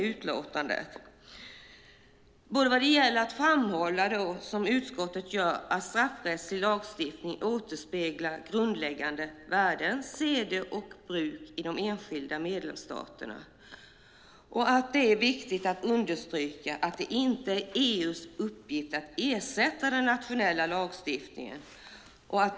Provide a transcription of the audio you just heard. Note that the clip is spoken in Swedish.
I utlåtandet framhålls att straffrättslig lagstiftning återspeglar grundläggande värden, seder och bruk i de enskilda medlemsstaterna och att det är viktigt att understryka att det inte är EU:s uppgift att ersätta den nationella lagstiftningen.